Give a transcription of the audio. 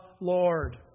Lord